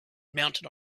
mounted